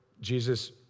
jesus